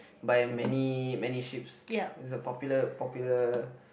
by many many ships it's a popular popular